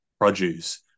produce